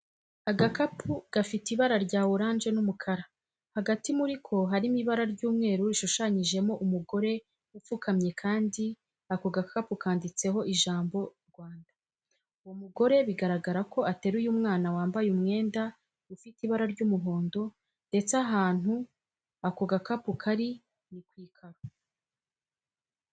Agakapu gafite ibara rya oranje n'umukara, hagati muri ko harimo ibara ry'umweru rishushanyijemo umugore upfukamye kandi ako gakapu kanditseho ijambo Rwanda. Uwo mugore biragaragara ko ateruye umwana wambaye umwenda ufite ibara ry'umuhondo ndetse ahantu ako gakapu kari ni ku ikaro.